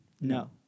No